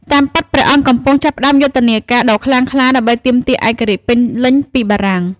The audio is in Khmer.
តាមពិត ព្រះអង្គកំពុងចាប់ផ្ដើមយុទ្ធនាការដ៏ខ្លាំងក្លាដើម្បីទាមទារឯករាជ្យពេញលេញពីបារាំង។